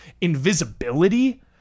invisibility